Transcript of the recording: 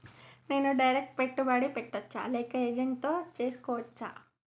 నేను డైరెక్ట్ పెట్టుబడి పెట్టచ్చా లేక ఏజెంట్ తో చేస్కోవచ్చా?